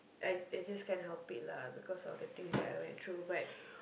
I I just can't help it lah because of the things that I went through but